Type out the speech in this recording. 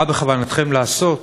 מה בכוונתכם לעשות